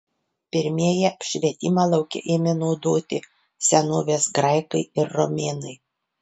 pirmieji apšvietimą lauke ėmė naudoti senovės graikai ir romėnai